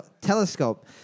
Telescope